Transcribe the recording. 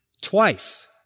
twice